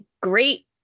great